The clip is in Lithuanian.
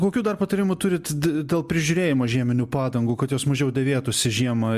kokių dar patarimų turit dėl prižiūrėjimo žieminių padangų kad jos mažiau dėvėtųsi žiemą